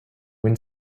when